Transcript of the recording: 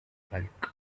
bulk